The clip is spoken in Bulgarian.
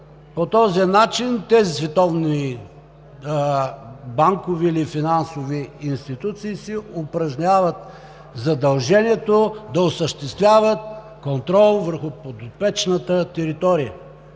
по този начин тези световни банкови или финансови институции си упражняват задължението да осъществяват контрол върху подопечната територия.